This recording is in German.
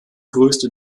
größte